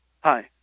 Hi